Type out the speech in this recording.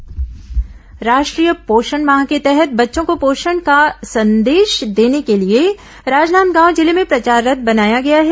पोषण रथ राष्ट्रीय पोषण माह के तहत बच्चों को पोषण का संदेश देने के लिए राजनांदगांव जिले में प्रचार रथ बनाया गया है